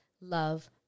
love